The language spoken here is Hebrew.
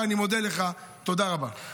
אני צריך עזרה שלך בוועדת הכספים,